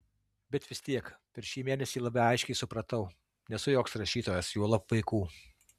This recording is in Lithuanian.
bet vis tiek per šį mėnesį labai aiškiai supratau nesu joks rašytojas juolab vaikų